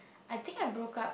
I think I broke up